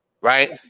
Right